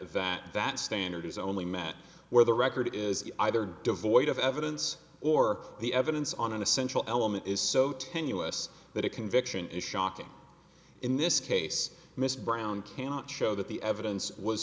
that that standard is only met where the record is either devoid of evidence or the evidence on an essential element is so tenuous that a conviction is shocking in this case miss brown cannot show that the evidence was